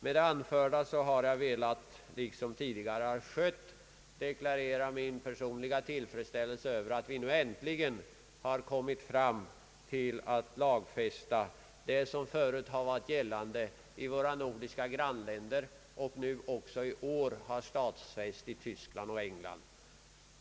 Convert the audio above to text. Med det anförda har jag, liksom herr Schött, velat deklarera min personliga tillfredsställelse över att vi nu äntligen kommit därhän att vi skall lagfästa det som förut varit gällande i våra nordiska grannländer och nu i år också stadfästs i Tyskland och England.